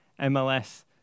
MLS